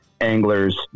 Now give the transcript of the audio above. anglers